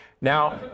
Now